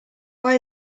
why